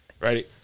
Ready